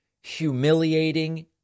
humiliating